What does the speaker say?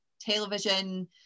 television